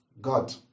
God